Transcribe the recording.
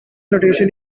notation